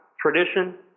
tradition